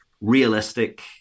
realistic